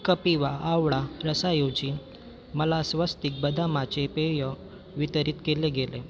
कपिवा आवळा रसाऐवजी मला स्वस्तिक बदामाचे पेय वितरित केलं गेले